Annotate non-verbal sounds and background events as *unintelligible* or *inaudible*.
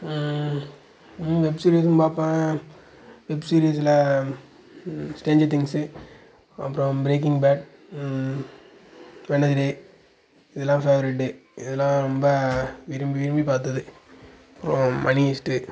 வெப்சிரீஸும் பார்ப்பேன் வெப்சிரீஸில் Stranger Things அப்புறம் ப்ரேக்கிங் பாட் *unintelligible* இதெலாம் ஃபேவரட்டு இதெலாம் ரொம்ப விரும்பி விரும்பி பார்த்தது மணி ஹிஸ்ட்ரி